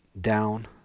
down